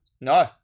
No